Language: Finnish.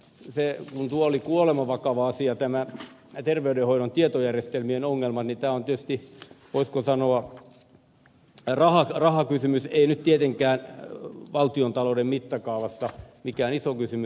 kun oli kuolemanvakava asia tämä terveydenhoidon tietojärjestelmien ongelma niin tämä on tietysti voisiko sanoa rahakysymys ei nyt tietenkään valtiontalouden mittakaavassa mikään iso kysymys